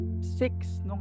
six